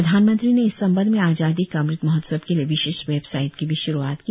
प्रधानमंत्री ने इस संबंध में आजादी का अम़त महोत्सव के लिए विशेष वेबसाइट की भी श्रूआत की